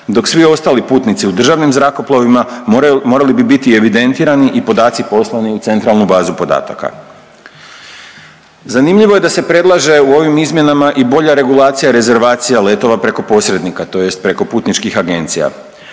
dok svi ostali putnici u državnim zrakoplovima morali bi biti evidentirani i podaci poslani u Centralnu bazu podataka. Zanimljivo je da se predlaže u ovim izmjenama i bolja regulacija rezervacija letova preko posrednika, tj. preko putničkih agencija.